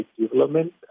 development